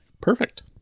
Perfect